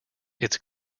its